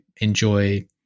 enjoy